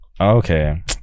Okay